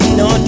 no